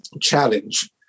challenge